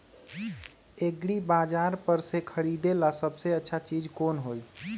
एग्रिबाजार पर से खरीदे ला सबसे अच्छा चीज कोन हई?